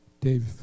Dave